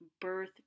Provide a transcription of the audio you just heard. birth